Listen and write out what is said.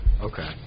Okay